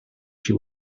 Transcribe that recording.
she